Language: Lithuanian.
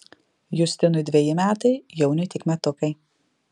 justinui dveji metai jauniui tik metukai